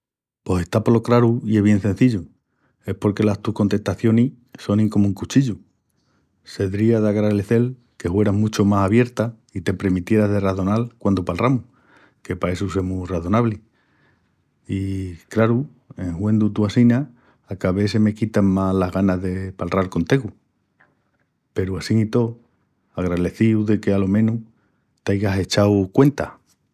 Pos está polo craru i es bien cenzillu. Es porque las tus contestacionis sonin comu un cuchillu. Sedría d'agralecel que hueras muchu más abierta i te premitieras de razonal quandu palramus que pa essu semus razonablis. I, craru, en huendu tú assina, a ca vés se me quitan más las ganas de palral con tegu. Peru, assín i tó, agralecíu de qu'alo menus t'aigas echau cuenta!